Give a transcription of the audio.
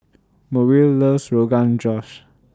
Muriel loves Rogan Josh